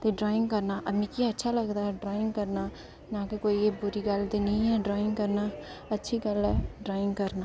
ते ड्राइंग करना मिगी अच्छा लगदा ऐ ड्राइंग करना ना कि कोई एह् बुरी गल्ल ऐ ते नेईं एह् ड्राइंग करना अच्छी गल्ल ऐ ड्राइंग करना